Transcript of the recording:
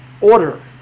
order